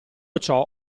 ciò